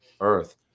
earth